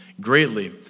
greatly